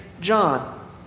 John